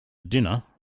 dinner